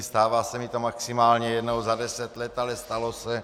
Stává se mi to maximálně jednou za deset let, ale stalo se.